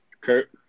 Kurt